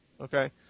okay